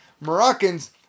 Moroccans